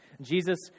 Jesus